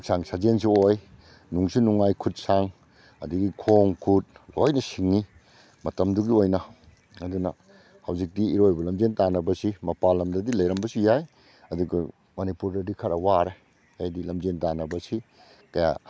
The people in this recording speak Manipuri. ꯍꯛꯆꯥꯡ ꯁꯖꯦꯟꯁꯨ ꯑꯣꯏ ꯅꯨꯡꯁꯨ ꯅꯨꯡꯉꯥꯏ ꯈꯨꯠ ꯁꯥ ꯑꯗꯒꯤ ꯈꯣꯡ ꯈꯨꯠ ꯂꯣꯏꯅ ꯁꯤꯡꯏ ꯃꯇꯝꯗꯨꯒꯤ ꯑꯣꯏꯅ ꯑꯗꯨꯅ ꯍꯧꯖꯤꯛꯇꯤ ꯏꯔꯣꯏꯕ ꯂꯝꯖꯦꯟ ꯇꯥꯟꯅꯕꯁꯤ ꯃꯄꯥꯅ ꯂꯝꯗꯗꯤ ꯂꯩꯔꯝꯕꯁꯨ ꯌꯥꯏ ꯑꯗꯨꯒ ꯃꯅꯤꯄꯨꯔꯗꯗꯤ ꯈꯔ ꯋꯥꯔꯦ ꯍꯥꯏꯗꯤ ꯂꯝꯖꯦꯟ ꯇꯥꯟꯅꯕꯁꯤ ꯀꯌꯥ